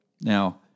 Now